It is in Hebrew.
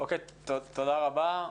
תודה רבה.